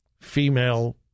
female